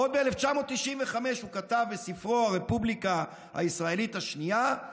עוד ב-1995 הוא כתב בספרו "הרפובליקה הישראלית השנייה",